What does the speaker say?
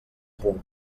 punt